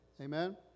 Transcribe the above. Amen